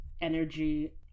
Energy